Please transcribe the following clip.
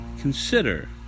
consider